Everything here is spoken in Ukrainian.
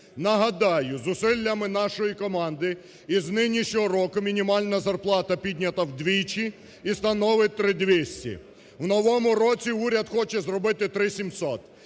Нагадаю, зусиллями нашої команди із нинішнього року мінімальна зарплата піднята вдвічі і становить три 200. В новому році уряд хоче зробити три 700.